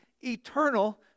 eternal